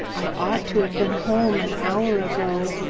i ought to have been home an hour ago.